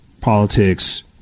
politics